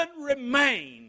remain